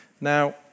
Now